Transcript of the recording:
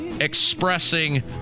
expressing